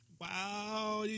Wow